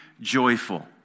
joyful